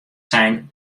sein